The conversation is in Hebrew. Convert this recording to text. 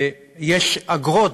יש אגרות,